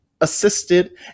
assisted